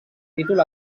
títol